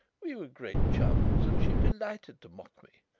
we were great chums, and she delighted to mock me.